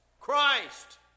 Christ